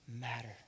matter